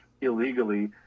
illegally